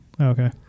Okay